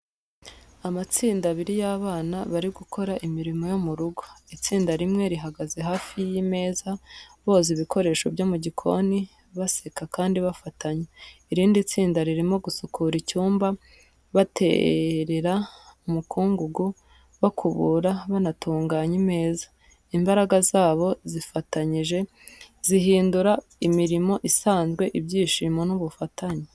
Amatsinda abiri y’abana bari gukora imirimo yo mu rugo. Itsinda rimwe rihagaze hafi y’imeza, boza ibikoresho byo mu gikoni, baseka kandi bafatanya. Irindi tsinda ririmo gusukura icyumba—baterera umukungugu, bakubura, banatunganya imeza. Imbaraga zabo zifatanyije zihindura imirimo isanzwe ibyishimo n’ubufatanye.